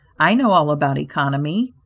i know all about economy.